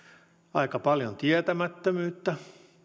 aika paljon tietämättömyyttä